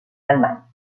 allemagne